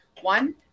One